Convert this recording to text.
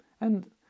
And